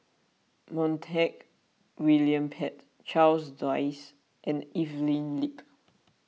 Montague William Pett Charles Dyce and Evelyn Lip